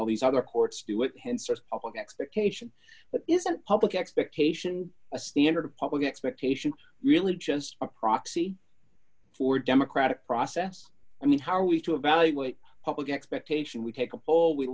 of expectation but isn't public expectation a standard of public expectation really just a proxy for democratic process i mean how are we to evaluate public expectation we take a poll we